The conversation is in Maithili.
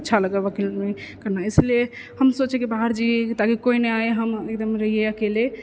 अच्छा लगय हइ वकीलमे करना इसलिये हम सोचय कि बाहर जइए ताकि कोइ ने आय हम एकदम रहियै अकेले